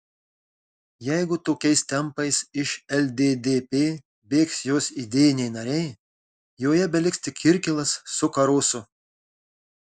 jeigu tokiais tempais iš lddp bėgs jos idėjiniai nariai joje beliks tik kirkilas su karosu